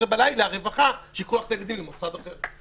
ב-24:00 בלילה שלוקחים את הילדים למוסד אחר.